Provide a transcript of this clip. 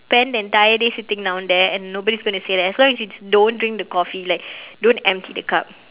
spend the entire day sitting down there and nobody is going say that as long as you don't drink the coffee like don't empty the cup